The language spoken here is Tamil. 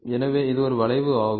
எனவே இது ஒரு வளைவு ஆகும்